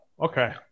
Okay